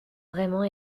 vraiment